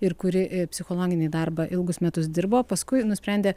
ir kuri psichologinį darbą ilgus metus dirbo paskui nusprendė